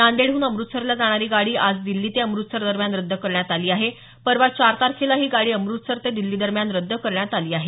नांदेडहून अमृतसरला जाणारी गाडी आज दिल्ली ते अमृतसर दरम्यान रद्द करण्यात आली आहे परवा चार तारखेला ही गाडी अमृतसर ते दिल्लीदरम्यान रद्द करण्यात आली आहे